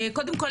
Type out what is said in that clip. קודם כל,